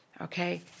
okay